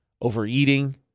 overeating